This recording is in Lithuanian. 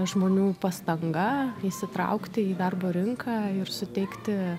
žmonių pastanga įsitraukti į darbo rinką ir suteikti